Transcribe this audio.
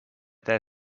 their